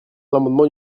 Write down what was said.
l’amendement